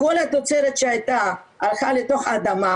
כל התוצרת שהייתה הלכה לתוך האדמה,